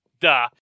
Duh